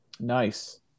Nice